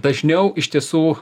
dažniau iš tiesų